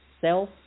self